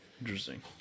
Interesting